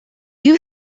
you